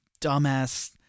dumbass